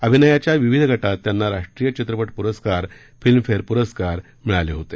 अभिनयाच्या विविध गटात त्यांना राष्ट्रीय चित्रपट पुरस्कार फिल्मफेअर पुरस्कार मिळाले होते